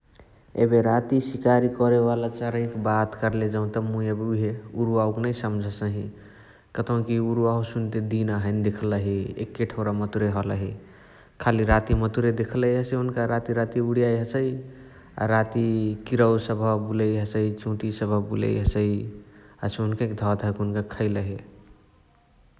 एबे राती सिकारी करेवाला चरइक बात कर्ले जौत मुइ एबे उहे उरुवावके नै सम्झसही । कतौकी उरुवावा सुन्ते दिना देखलही । एके ठउरा मतुरे हलहि, खाली राती मतुरे देखलही हसे हुन्का राती राती उणियाइ हसइ । अ राती किरवा सबह बुलइ हसइ, चिहुटिया सबह बुलइ हसइ हसे हुन्कही के धधाके खइलही ।